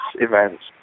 events